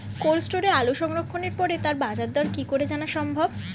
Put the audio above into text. Cold স্টোরে আলু সংরক্ষণের পরে তার বাজারদর কি করে জানা সম্ভব?